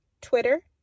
Twitter